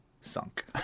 sunk